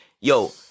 Yo